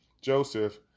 Joseph